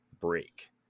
break